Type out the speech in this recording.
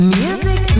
music